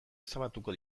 ezabatuko